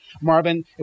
Marvin